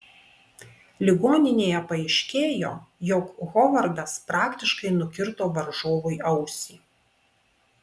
ligoninėje paaiškėjo jog hovardas praktiškai nukirto varžovui ausį